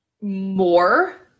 more